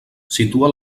situa